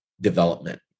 development